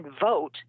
vote